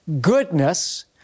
goodness